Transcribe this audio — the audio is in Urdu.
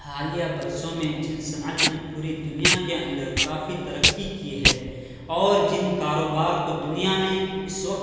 حالیہ برسوں میں جن صنعت نے پوری دنیا کے اندر کافی ترقی کی ہے اور جن کاروبار کو دنیا میں اس وقت